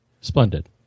Splendid